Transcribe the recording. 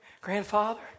grandfather